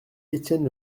etienne